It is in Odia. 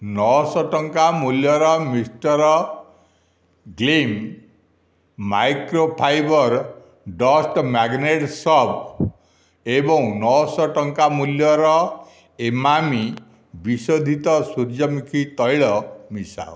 ନଅ ଶହ ଟଙ୍କା ମୂଲ୍ୟର mister gleam microfibre dust magnet mop ଏବଂ ନଅ ଶହ ଟଙ୍କା ମୂଲ୍ୟର ଏମାମି ବିଶୋଧିତ ସୂର୍ଯ୍ୟମୁଖୀ ତୈଳ ମିଶାଅ